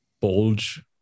bulge